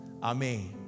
Amen